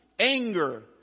anger